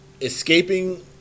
escaping